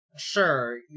sure